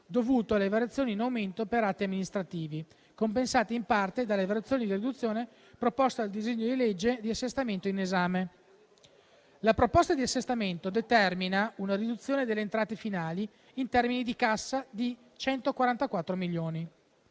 dovuto alle variazioni in aumento per atti amministrativi compensate in parte dalle variazioni in riduzione proposte dal disegno di legge di assestamento in esame. La proposta di assestamento determina una riduzione delle entrate finali in termini di cassa di 144 milioni.